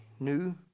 new